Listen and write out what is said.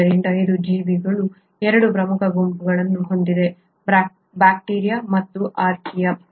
ಆದ್ದರಿಂದ ಇದು ಜೀವಿಗಳ 2 ಪ್ರಮುಖ ಗುಂಪುಗಳನ್ನು ಹೊಂದಿದೆ ಬ್ಯಾಕ್ಟೀರಿಯಾ ಮತ್ತು ಆರ್ಕಿಯಾ